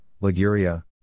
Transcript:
Liguria